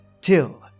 till